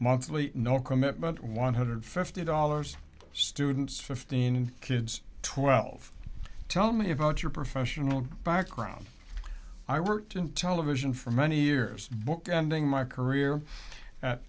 monthly no commitment one hundred fifty dollars students fifteen and kids twelve tell me about your professional background i worked in television for many years bookending my career at